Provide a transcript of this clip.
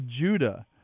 Judah